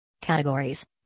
Categories